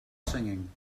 singing